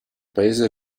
paese